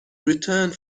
returned